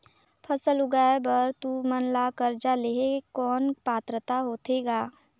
फसल उगाय बर तू मन ला कर्जा लेहे कौन पात्रता होथे ग?